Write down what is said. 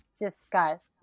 discuss